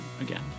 again